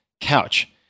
couch